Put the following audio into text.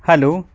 hello